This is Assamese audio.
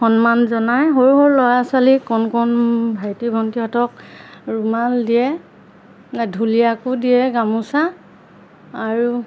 সন্মান জনায় সৰু সৰু ল'ৰা ছোৱালীক কণ কণ ভাইটি ভণ্টিহঁতক ৰুমাল দিয়ে ঢুলীয়াকো দিয়ে গামোচা আৰু